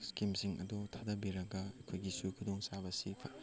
ꯏꯁꯀꯤꯝꯁꯤꯡ ꯑꯗꯨ ꯊꯥꯗꯕꯤꯔꯒ ꯑꯩꯈꯣꯏꯒꯤꯁꯨ ꯈꯨꯗꯣꯡ ꯆꯥꯕꯁꯤ